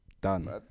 Done